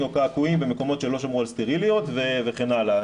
או קעקועים במקומות שלא שמרו על סטריליות וכן הלאה.